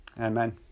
Amen